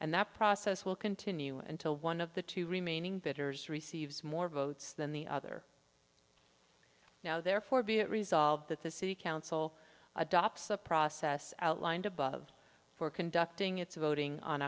and that process will continue until one of the two remaining bidders receives more votes than the other now therefore be it resolved that the city council adopts the process outlined above for conducting its voting on